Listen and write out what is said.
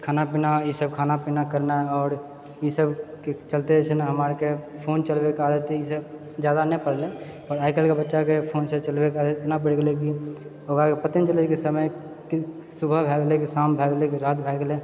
खाना पीना इसब खाना पीना करनाए आओर ई सबके चलते जेछै नहि हमरा आरके फोन चलबैके आदत ई सब जादा नहि पड़ले आओर आइ काल्हिके बच्चाके फोन चलबैके आदत इतना बढ़ि गेलैकि ओकरा पते नहि चलैछे कि समय कि सुबह भए गेले कि शाम भए गेले कि रात भए गेले